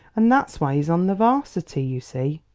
and that's why he's on the varsity, you see!